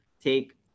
take